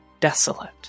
Desolate